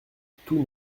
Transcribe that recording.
tous